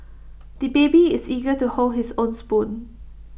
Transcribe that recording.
the baby is eager to hold his own spoon